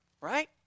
right